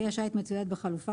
כלי השיט מצויד בחלופה,